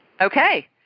Okay